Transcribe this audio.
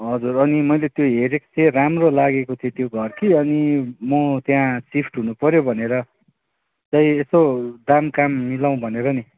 हजुर अनि मैले त्यो हेरेको थिएँ राम्रो लागेको थियो त्यो घर कि अनि म त्यहाँ सिफ्ट हुनुपर्यो भनेर चाहिँ यसो दामकाम मिलाउँ भनेर नि